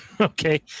okay